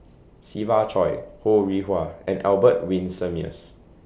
Siva Choy Ho Rih Hwa and Albert Winsemius